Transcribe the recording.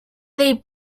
they